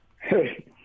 Hey